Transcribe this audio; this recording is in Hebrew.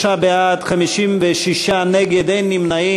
43 בעד, 56 נגד, אין נמנעים.